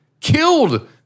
killed